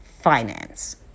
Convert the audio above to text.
finance